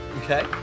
Okay